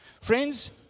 Friends